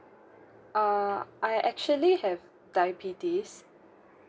err I actually have diabetes